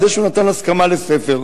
על זה שהוא נתן הסכמה לספר.